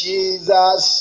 Jesus